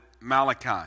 Malachi